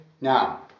Now